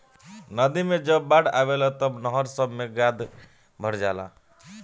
नदी मे जब बाढ़ आवेला तब नहर सभ मे गाद भर जाला